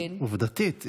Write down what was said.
עובדתית,